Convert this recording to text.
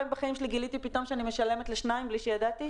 בחיים שלי גיליתי פתאום שאני משלמת לשניים בלי שידעתי?